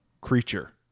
creature